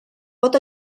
pot